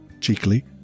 cheekily